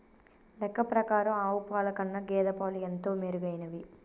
లెక్క ప్రకారం ఆవు పాల కన్నా గేదె పాలు ఎంతో మెరుగైనవి